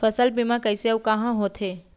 फसल बीमा कइसे अऊ कहाँ होथे?